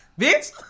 Bitch